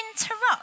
interrupt